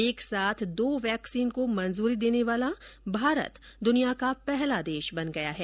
एक साथ दो वैक्सीन को मंजूरी देने वाला भारत दुनिया का पहला देश बन गया है